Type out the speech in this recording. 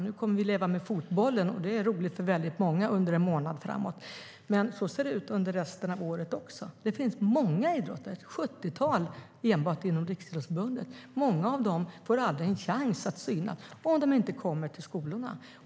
Nu kommer vi att leva med fotbollen under en månad framåt, och det är roligt för väldigt många. Men det finns ett sjuttiotal idrotter enbart inom Riksidrottsförbundet. Många av idrotterna får aldrig en chans att synas, om de inte kommer till skolorna.